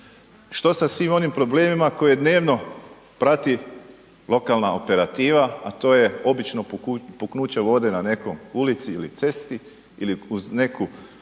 Što sa svim onim problemima koje dnevno prati lokalna operativa a to je obično puknuće vode na nekoj ulici ili cesti ili uz neku